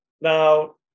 Now